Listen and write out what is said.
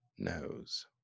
knows